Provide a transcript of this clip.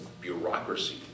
bureaucracy